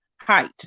height